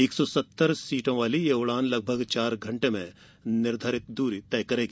एक सौ सत्तर सीटों वाली यह उड़ान लगभग चार घंटे में निर्धारित दूरी तय करेगी